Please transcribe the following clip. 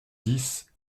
dix